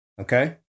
Okay